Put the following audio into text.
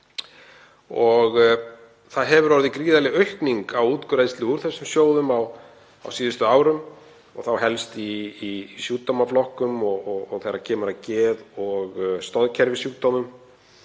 Það hefur orðið gríðarleg aukning á útgreiðslu úr þessum sjóðum á síðustu árum og þá helst í sjúkdómaflokkum og þegar kemur að geð- og stoðkerfissjúkdómum.